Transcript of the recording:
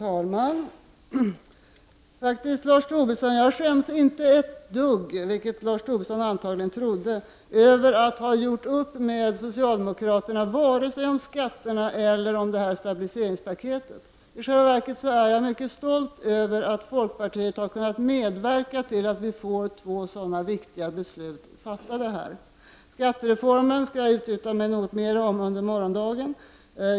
Herr talman! Jag skäms faktiskt inte ett dugg, vilket Lars Tobisson trodde, över att ha gjort upp med socialdemokraterna, vare sig om skatterna eller om stabiliseringspaketet. Jag är i själva verket mycket stolt över att folkpartiet har kunnat medverka till att två så viktiga beslut kommer att fattas. Skattereformen skall jag uttala mig något mer om under morgondagen.